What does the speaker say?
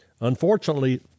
Unfortunately